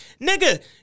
Nigga